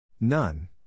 None